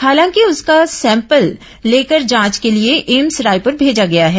हालांकि उसका सैंपल लेकर जांच के लिए एम्स रायपुर भेजा गया है